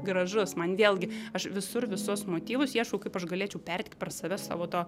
gražus man vėlgi aš visur visuos motyvus ieškau kaip aš galėčiau perteikt per save savo to